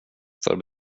för